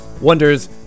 wonders